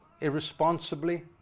irresponsibly